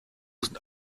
sind